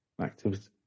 activity